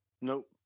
Nope